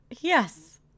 Yes